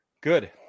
Good